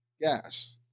gas